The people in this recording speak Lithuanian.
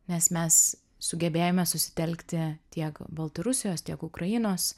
nes mes sugebėjome susitelkti tiek baltarusijos tiek ukrainos